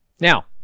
Now